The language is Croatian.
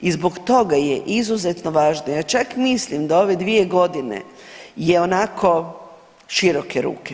I zbog toga je izuzetno važno, ja čak mislim da ove 2 godine je onako široke ruke.